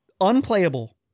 Unplayable